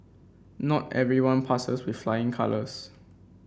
not everyone passes with flying colours